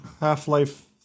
Half-Life